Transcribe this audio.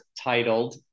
titled